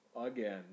Again